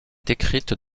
écrites